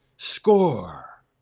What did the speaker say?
Score